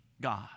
God